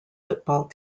football